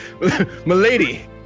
Milady